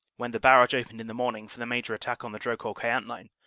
when the barrage opened in the morning for the major attack on the drocourt-queant line,